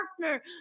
partner